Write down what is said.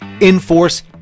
enforce